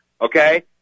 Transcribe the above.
okay